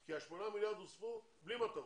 כי ה-8 מיליארד נוספו בלי מטרות.